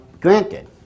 granted